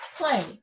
play